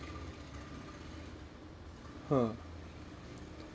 !huh!